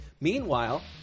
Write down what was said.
Meanwhile